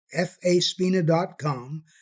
FASPINA.com